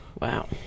Wow